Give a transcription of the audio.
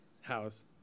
house